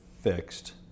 fixed